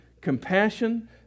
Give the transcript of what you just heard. compassion